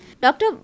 Doctor